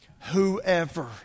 whoever